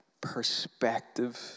perspective